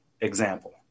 example